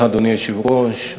אדוני היושב-ראש,